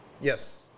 Yes